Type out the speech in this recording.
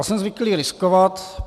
Jsem zvyklý riskovat.